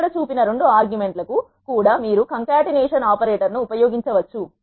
ఇక్కడ చూపిన రెండు ఆర్గ్యుమెంట్ లకు కూడా మీరు కం కాటనేషన్ ఆపరేటర్ ను ఉపయోగించవచ్చు